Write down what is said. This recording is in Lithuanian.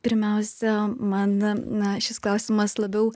pirmiausia man na šis klausimas labiau